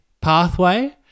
pathway